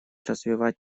развивать